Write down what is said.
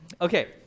okay